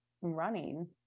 running